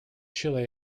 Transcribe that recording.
chile